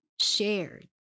shared